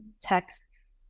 texts